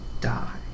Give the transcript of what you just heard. die